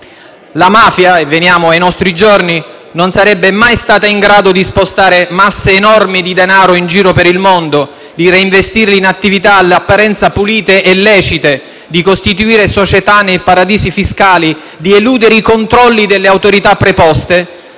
La mafia - e veniamo ai giorni nostri - non sarebbe mai stata in grado di spostare masse enormi di denaro in giro per il mondo, di reinvestirli in attività all'apparenza pulite e lecite, di costituire società nei paradisi fiscali, di eludere i controlli delle autorità preposte,